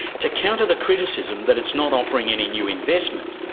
to counter the criticism that it's not offering any new investment,